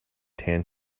tan